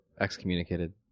excommunicated